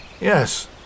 Yes